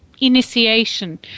initiation